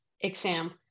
exam